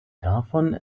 davon